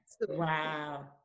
Wow